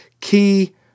key